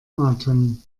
atem